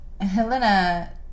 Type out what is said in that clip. Helena